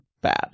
bad